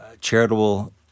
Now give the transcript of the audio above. charitable